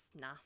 nah